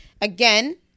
Again